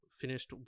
finished